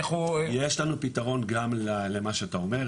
איך הוא --- יש לנו פתרון גם למה שאתה אומר,